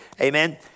amen